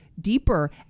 deeper